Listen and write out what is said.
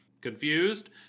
Confused